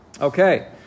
Okay